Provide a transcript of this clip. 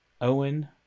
Owen